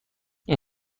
این